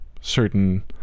certain